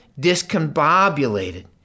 discombobulated